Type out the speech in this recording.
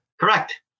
Correct